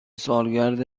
سالگرد